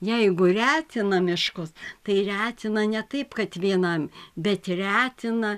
jeigu retina miškus tai retina ne taip kad vienam bet retina